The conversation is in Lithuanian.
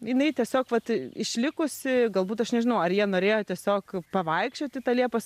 jinai tiesiog vat išlikusi galbūt aš nežinau ar jie norėjo tiesiog pavaikščioti ta liepos